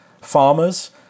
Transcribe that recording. farmers